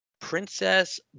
Princess